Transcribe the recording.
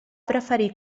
preferir